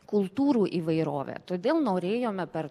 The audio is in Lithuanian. kultūrų įvairovę todėl norėjome per